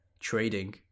trading